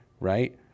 right